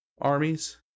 armies